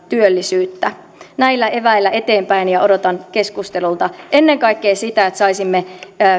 työllisyyttä näillä eväillä eteenpäin ja odotan keskustelulta ennen kaikkea sitä että saisimme